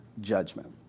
judgment